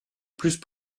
plus